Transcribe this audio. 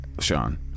Sean